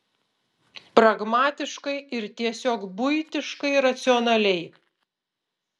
pragmatiškai ir tiesiog buitiškai racionaliai